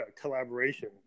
collaboration